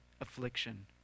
affliction